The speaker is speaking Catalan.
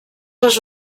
les